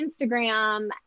Instagram